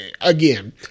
again